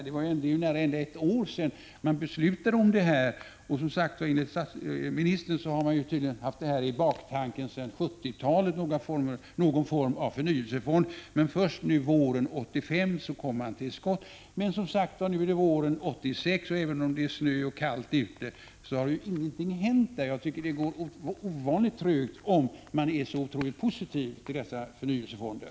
Det är ju nästan ett år sedan man beslutade om detta, och enligt ministern har man tydligen haft någon form av förnyelsefonder i bakhuvudet sedan 1970-talet. Först under våren 1985 kom man till skott. Men nu är det våren 1986, och även om det är snö och kallt ute så har inget hänt. Jag tycker att det går ovanligt trögt, om man är så otroligt positiv till dessa förnyelsefonder.